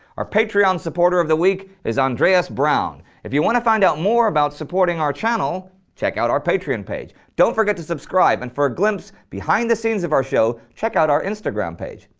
our patreon supporter of the week is andreas brown. if you want to find out more about supporting our channel, check out our patreon page. don't forget to subscribe and for a glimpse behind the scenes of our show check out our instagram page.